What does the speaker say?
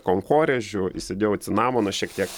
konkorėžių įsidėjau cinamono šiek tiek